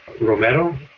Romero